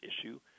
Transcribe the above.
issue